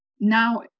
now